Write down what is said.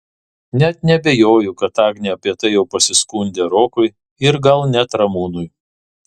net neabejoju kad agnė apie tai jau pasiskundė rokui ir gal net ramūnui